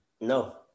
no